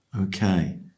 Okay